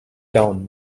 down